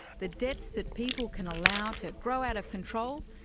the debts that people can allow to grow out of control,